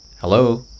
hello